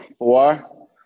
Four